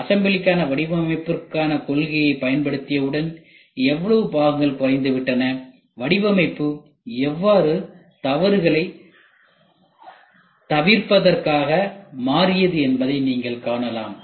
அசம்பிளிக்கான வடிவமைப்பிற்கான கொள்கையை பயன்படுத்தியவுடன் எவ்வளவு பாகங்கள் குறைந்துவிட்டன வடிவமைப்பு எவ்வாறு தவறுகளை தவிர்ப்பதாக மாறியது என்பதை நீங்கள் காணலாம்